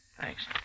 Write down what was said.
Thanks